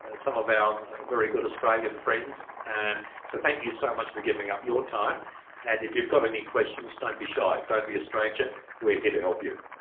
and some of our very good australian friends and so thank you so much for giving up your time and if you've got any questions don't be shy, don't be a stranger we're here to help you.